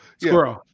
Squirrel